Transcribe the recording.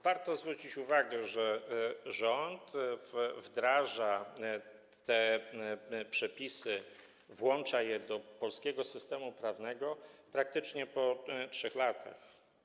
Warto zwrócić uwagę, że rząd wdraża te przepisy, włącza jest do polskiego systemu prawnego praktycznie po 3 latach.